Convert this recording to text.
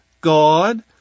God